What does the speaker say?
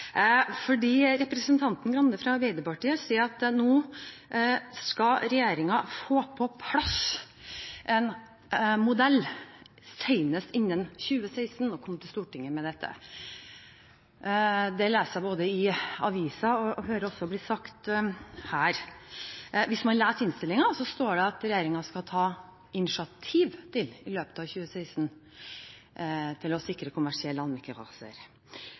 Representanten Grande fra Arbeiderpartiet sier at nå skal regjeringen få på plass en modell senest innen 2016 og komme til Stortinget med den. Det leser jeg i aviser og hører også blir sagt her. Hvis man leser innstillingen, står det at regjeringen i løpet av 2016 skal ta initiativ til